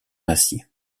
acier